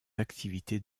activités